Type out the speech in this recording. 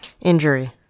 injury